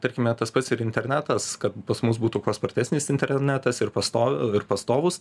tarkime tas pats ir internetas kad pas mus būtų kuo spartesnis internetas ir pasto ir pastovus